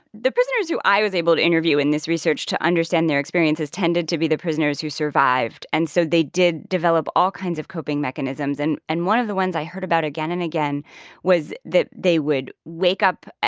the prisoners who i was able to interview in this research to understand their experiences tended to be the prisoners who survived. and so they did develop all kinds of coping mechanisms. and and one of the ones i heard about again and again was that they would wake up,